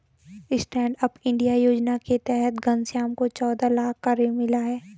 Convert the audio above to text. stand up India योजना के तहत घनश्याम को चौदह लाख का ऋण मिला है